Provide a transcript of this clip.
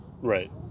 Right